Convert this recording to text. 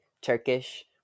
Turkish